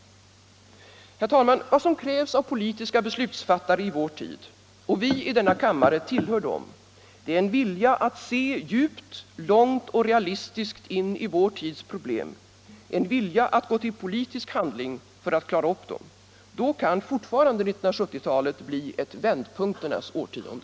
Herr talman! Vad som krävs av politiska beslutsfattare i vår tid — och vi i denna kammare tillhör dem — är en vilja att se djupt, långt och realistiskt in i vår tids problem, en vilja att gå till politisk handling för att klara upp dem. Då kan fortfarande 1970-talet bli ett vändpunkternas årtionde.